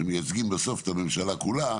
שמייצגים את הממשלה כולה,